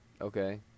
Okay